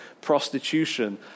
prostitution